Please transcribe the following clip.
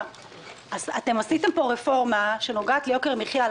עשיתם פה רפורמה שנוגעת ליוקר מחייה.